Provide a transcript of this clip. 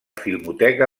filmoteca